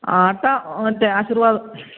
ആട്ട മറ്റേ ആശിർവാദ്